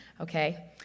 okay